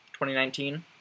2019